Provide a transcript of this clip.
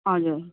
हजुर